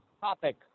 topic